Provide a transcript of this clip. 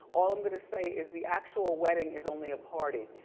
all i'm gonna say is the actual wedding is only a party.